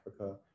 Africa